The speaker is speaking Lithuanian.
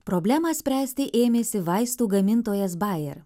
problemą spręsti ėmėsi vaistų gamintojas bajer